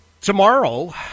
tomorrow